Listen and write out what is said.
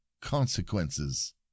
consequences